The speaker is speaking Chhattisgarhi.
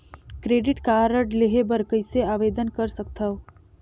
क्रेडिट कारड लेहे बर कइसे आवेदन कर सकथव?